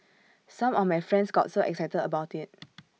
some of my friends got so excited about IT